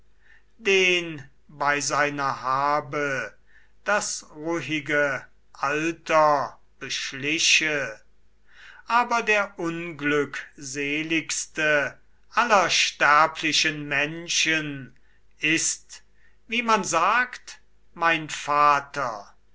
den bei seiner habe das ruhige alter beschliche aber der unglückseligste aller sterblichen menschen ist wie man sagt mein vater